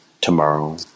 tomorrow